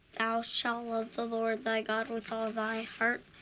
thou shalt love the lord thy god with all thy heart,